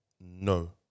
No